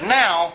now